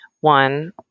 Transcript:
one